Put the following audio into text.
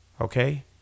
okay